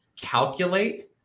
calculate